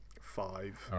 five